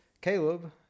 Caleb